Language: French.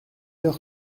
heure